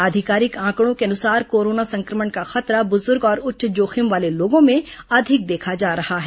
आधिकारिक आंकड़ों के अनुसार कोरोना संक्रमण का खतरा बुजुर्ग और उच्च जोखिम वाले लोगों में अधिक देखा जा रहा है